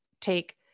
take